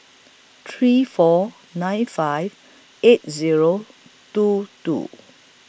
three four nine five eight Zero two two